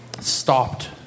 stopped